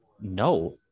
no